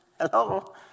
Hello